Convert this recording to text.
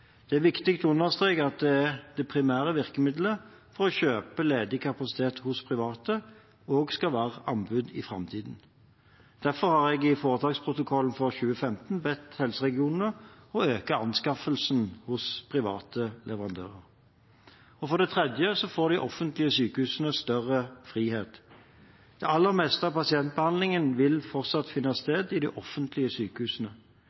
Det er viktig å understreke at det primære virkemidlet for å kjøpe ledig kapasitet hos private, også skal være anbud i framtiden. Derfor har jeg i foretaksprotokollen for 2015 bedt helseregionene om å øke anskaffelsene hos private leverandører. For det tredje får de offentlige sykehusene større frihet. Det aller meste av pasientbehandlingen vil fortsatt finne sted i de offentlige sykehusene. Vi har nå fjernet taket som begrenset hvor mange pasienter de offentlige sykehusene